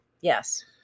Yes